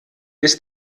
bis